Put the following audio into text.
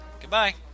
Goodbye